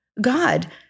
God